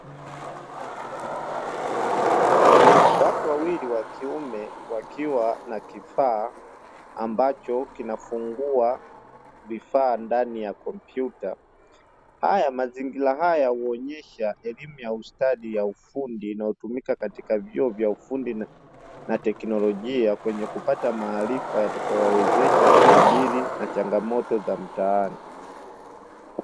Watu wawili wa kiume wakiwa na kifaa ambacho kinafungua vifaa ndani ya kompyuta. Mazingira haya huonesha elimu ya ustadi ya ufundi inayotumika katika vyuo vya ufundi na teknolojia kwenye kupata maarifa yatakayo wawezesha kukabiliana na changamoto za mtaani.